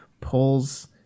pulls